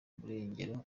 burengero